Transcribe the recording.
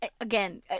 again